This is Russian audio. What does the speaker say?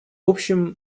общем